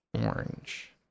orange